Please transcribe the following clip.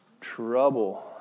Trouble